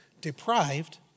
deprived